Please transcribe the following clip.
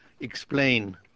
explain